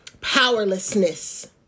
powerlessness